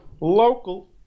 local